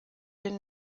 den